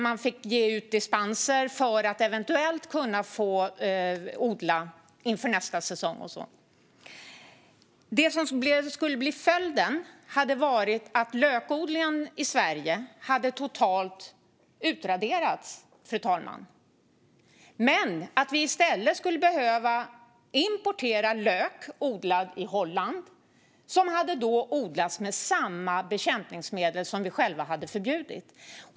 Man fick be om dispens för att eventuellt få odla med detta medel den kommande säsongen. Följden av detta hade blivit att lökodlingen i Sverige hade totalt utraderats, fru talman. I stället hade vi blivit tvungna att importera lök från Holland som hade odlats med samma bekämpningsmedel som vi själva hade förbjudit.